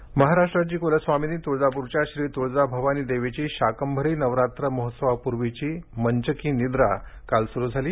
तुळजाभवानी महाराष्ट्राची कुलस्वामिनी तुळजाप्रच्या श्री तुळजाभवानी देवीची शाकभरी नवरात्र महोत्सवा पूर्वीची मंचकी निद्रा काल सुरू झाली